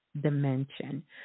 dimension